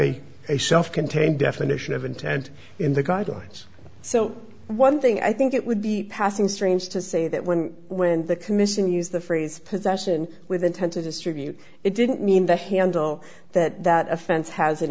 a a self contained definition of intent in the guidelines so one thing i think it would be passing strange to say that when when the commission used the phrase possession with intent to distribute it didn't mean the handle that that offense has in